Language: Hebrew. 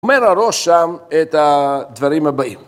אומר הראש שם את הדברים הבאים